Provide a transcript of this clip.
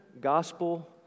gospel